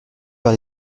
vers